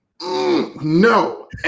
No